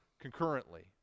concurrently